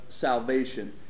salvation